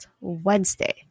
Wednesday